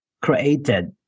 created